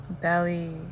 Belly